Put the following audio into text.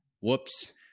Whoops